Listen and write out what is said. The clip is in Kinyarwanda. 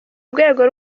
rwego